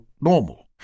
normal